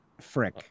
Frick